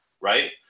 right